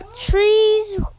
trees